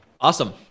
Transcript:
Awesome